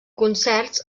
concerts